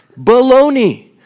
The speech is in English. Baloney